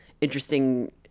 interesting